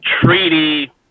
treaty